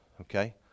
okay